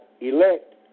elect